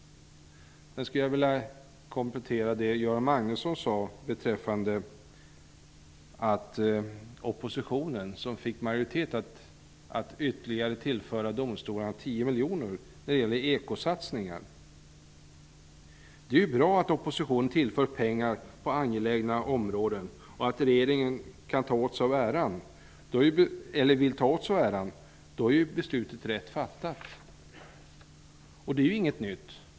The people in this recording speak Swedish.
Jag skulle vilja komplettera det som Göran Magnusson sade beträffande att oppositionen fick majoritet för att tillföra domstolarna ytterligare 10 miljoner kronor för satsningar mot ekobrott. Det är ju bra att oppositionen tillför pengar på angelägna områden och att regeringen vill ta åt sig äran av det -- då är beslutet rätt fattat. Det är inte något nytt.